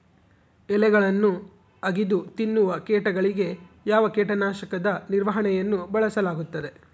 ಎಲೆಗಳನ್ನು ಅಗಿದು ತಿನ್ನುವ ಕೇಟಗಳಿಗೆ ಯಾವ ಕೇಟನಾಶಕದ ನಿರ್ವಹಣೆಯನ್ನು ಬಳಸಲಾಗುತ್ತದೆ?